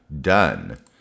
Done